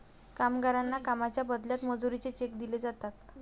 कामगारांना कामाच्या बदल्यात मजुरीचे चेक दिले जातात